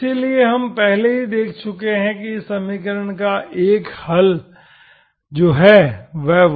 इसलिए हम पहले ही देख चुके हैं कि इस समीकरण का एक हल है जो y1 है